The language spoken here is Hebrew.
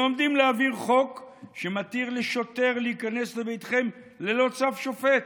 הם עומדים להעביר חוק שמתיר לשוטר להיכנס לביתכם ללא צו שופט.